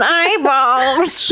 eyeballs